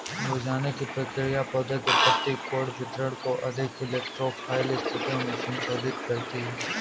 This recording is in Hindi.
मुरझाने की प्रक्रिया पौधे के पत्ती कोण वितरण को अधिक इलेक्ट्रो फाइल स्थितियो में संशोधित करती है